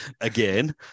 again